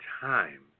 time